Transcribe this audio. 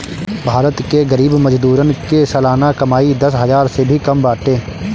भारत के गरीब मजदूरन के सलाना कमाई दस हजार से भी कम बाटे